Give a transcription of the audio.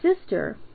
sister